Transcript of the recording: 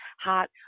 hot